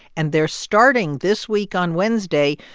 and they're starting this week on wednesday.